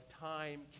time